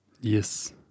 yes